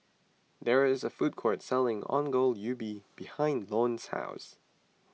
there is a food court selling Ongol Ubi behind Lone's house